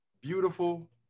beautiful